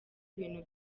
ibintu